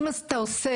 אם אתה עושה